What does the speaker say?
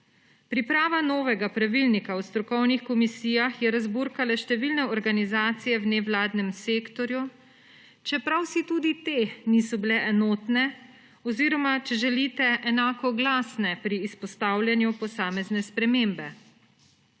Priprava novega pravilnika o strokovnih komisijah je razburkala številne organizacije v nevladnem sektorju, čeprav si tudi te niso bile enotne oziroma če želite enako glasne pri izpostavljanju posamezne spremembe.